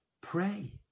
pray